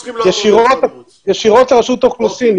ישירות לרשות האוכלוסין,